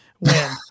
Win